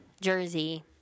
Jersey